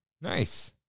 Nice